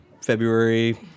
February